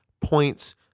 points